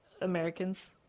Americans